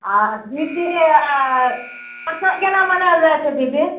आ दिद्दी आ अत्तऽ केना मनायल जाइ छै दीदी